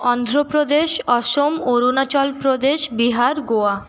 Andhra Pradesh Assam Arunachal Pradesh Bihar Goa